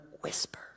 whisper